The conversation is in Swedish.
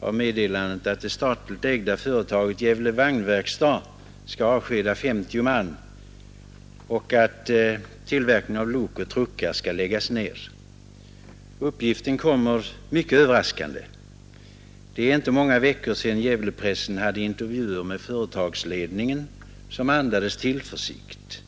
av meddelandet att det statligt ägda företaget Gävle vagnverkstad AB skall avskeda 50 man och att tillverkningen av lok och truckar skall läggas ned. Uppgiften kommer mycket överraskande. Det är inte många veckor sedan Gävlepressen hade intervjuer med företagsledningen som andades tillförsikt.